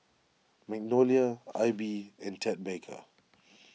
Magnolia Aibi and Ted Baker